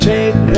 Take